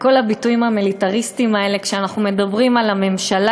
הביטויים המיליטריסטיים האלה כשאנחנו מדברים על הממשלה